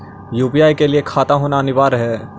UPI के लिए खाता होना अनिवार्य है?